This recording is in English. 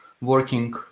working